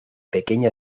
pequeña